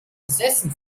besessen